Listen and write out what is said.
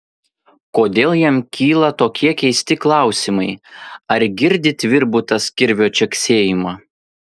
kodėl jam kyla tokie keisti klausimai ar girdi tvirbutas kirvio čeksėjimą